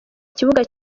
kibuga